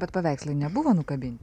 bet paveikslai nebuvo nukabinti